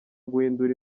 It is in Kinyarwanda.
guhindura